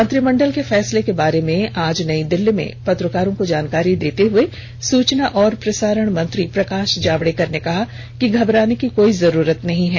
मंत्रिमंडल के फैसलों के बारे में आज नई दिल्ली में पत्रकारों को जानकारी देते हुए सूचना और प्रसारण मंत्री प्रकाश जावड़ेकर ने कहा कि घबराने की कोई जरूरत नहीं है